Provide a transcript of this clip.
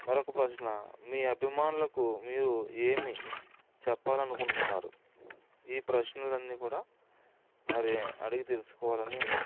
మరొక ప్రశ్న మీ అభిమానులకు మీరు ఏమి చెప్పాలనుకుంటున్నారు ఈ ప్రశ్నలన్నీ కూడా మరి అడిగి తెలుసుకోవాలని